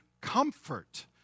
comfort